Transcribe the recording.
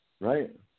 right